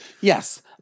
Yes